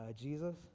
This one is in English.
Jesus